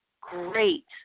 great